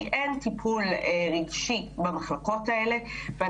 אין במחלקות האלה טיפול רגשי,